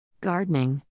Gardening